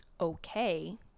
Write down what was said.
okay